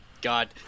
God